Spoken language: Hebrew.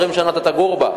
20 שנה אתה תגור בה,